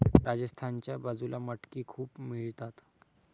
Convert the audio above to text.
राजस्थानच्या बाजूला मटकी खूप मिळतात